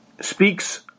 speaks